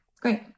Great